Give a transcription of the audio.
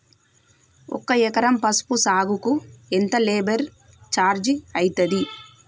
ఒక ఎకరం పసుపు సాగుకు ఎంత లేబర్ ఛార్జ్ అయితది?